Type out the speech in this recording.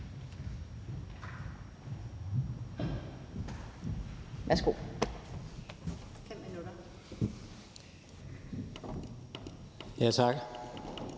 Værsgo